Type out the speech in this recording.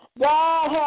God